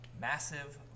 massive